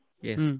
Yes